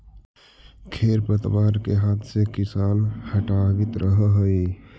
खेर पतवार के हाथ से किसान हटावित रहऽ हई